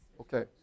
Okay